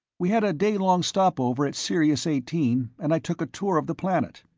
we had a day-long stopover at sirius eighteen, and i took a tour of the planet.